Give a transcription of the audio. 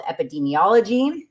Epidemiology